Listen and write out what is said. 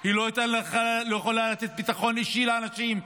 היא לא יכולה לתת ביטחון אישי לאנשים.